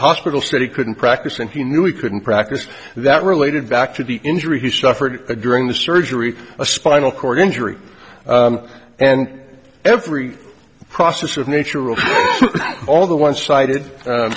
hospital said he couldn't practice and he knew he couldn't practice that related back to the injury he suffered during the surgery a spinal cord injury and every process of nature of all the ones cited